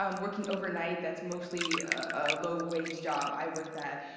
um working overnight. that's mostly a low-wage job. i work that.